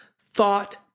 thought